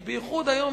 כי בייחוד היום,